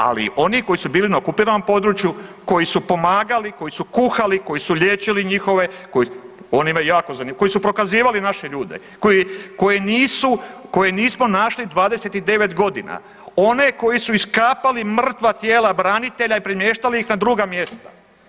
Ali oni koji su bili na okupiranom području, koji su pomagali, koji su kuhali, koji liječili njihove, oni imaju jako, koji su prokazivali naše ljude, koji nisu, koje nismo našli 29 godina, one koji su iskapali mrtva tijela branitelja i premještali ih na druga mjesta.